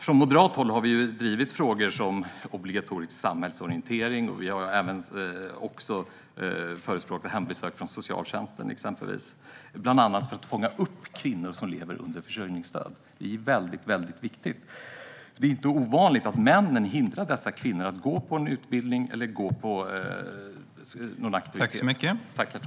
Från moderat håll har vi drivit frågor som obligatorisk samhällsorientering, och vi har också förespråkat exempelvis hembesök från socialtjänsten bland annat för att fånga upp kvinnor som lever på försörjningsstöd. Det är väldigt viktigt. Det är inte ovanligt att männen hindrar dessa kvinnor från att gå på en utbildning eller någon aktivitet.